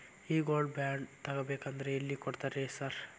ಈ gold bond ತಗಾಬೇಕಂದ್ರ ಎಲ್ಲಿ ಕೊಡ್ತಾರ ರೇ ಸಾರ್?